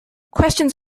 questions